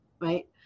right